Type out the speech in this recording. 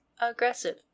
aggressive